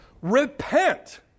Repent